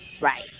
right